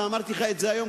ואמרתי לך את זה היום,